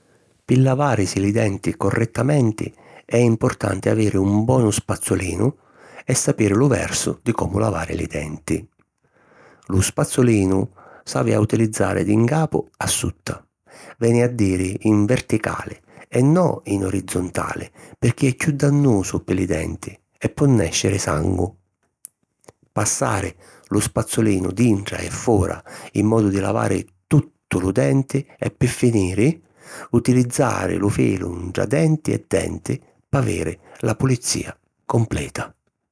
Pi lavàrisi li denti correttamenti è importanti aviri un bonu spazzulinu e sapiri lu versu di comu lavari li denti. Lu spazzulinu s’havi a utilizzari di ncapu a sutta, veni a diri in verticali e no in orizzontali pirchì è chiù dannusu pi li denti e po nèsciri sangu. Passari lu spazzulinu dintra e fora in modu di lavari tuttu lu denti e pi finiri, utilizzari lu filu ntra denti e denti p'aviri la pulizìa completa.